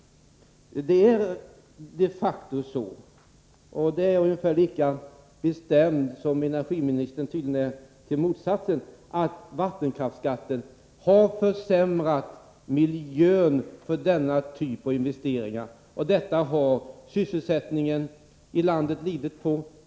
Det är de facto så — och här är jag ungefär lika bestämd i min uppfattning som energiministern är i fråga om motsatsen — att vattenkraftsskatten har försämrat miljön för denna typ av investeringar. Detta har sysselsättningen i landet lidit av.